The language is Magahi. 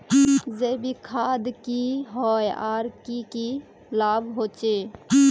जैविक खाद की होय आर की की लाभ होचे?